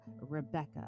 Rebecca